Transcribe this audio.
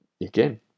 Again